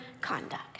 conduct